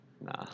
Nah